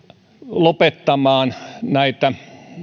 lopettamaan näitä